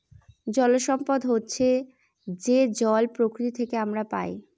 জল সম্পদ হচ্ছে যে জল প্রকৃতি থেকে আমরা পায়